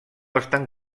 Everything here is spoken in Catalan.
estan